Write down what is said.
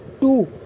two